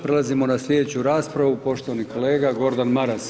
Prelazimo na sljedeću raspravu, poštovani kolega Gordan Maras.